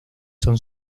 son